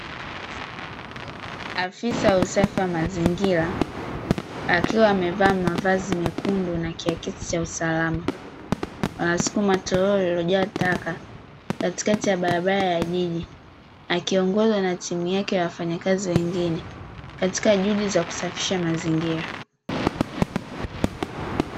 Afisa usafi mazingira akiwa amevaa mavazi mekundu na kiakisi cha usalama, anasukuma toroli lililojaa taka katikati ya barabara ya jiji akiongozwa na timu yake ya wafanyakazi wengine katika juhudi ya kusafisha mazingira.